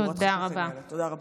תודה רבה.